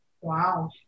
Wow